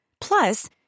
Plus